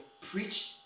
Preach